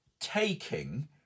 taking